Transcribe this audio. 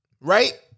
right